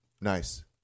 Nice